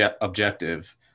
objective